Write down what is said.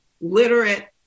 literate